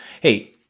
Hey